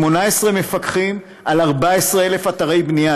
18 מפקחים על 14,000 אתרי בנייה,